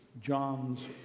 John's